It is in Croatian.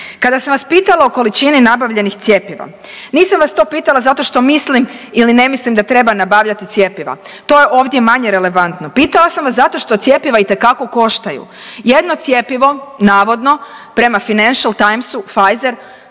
Kada sam vas pitala o količini nabavljenih cjepiva nisam vas to pitala zato što mislim ili ne mislim da treba nabavljati cjepiva, to je ovdje manje relevantno, pitala sam vas zato što cjepiva itekako koštaju. Jedno cjepivo navodno prema Financial Timsu Pfizer